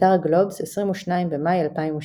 באתר גלובס, 22 במאי 2008